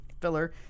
filler